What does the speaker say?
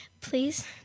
please